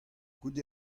goude